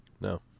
No